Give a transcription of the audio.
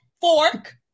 fork